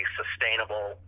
sustainable